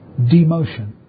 demotion